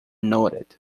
noted